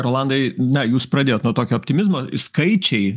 rolandai na jūs pradėjot nuo tokio optimizmo skaičiai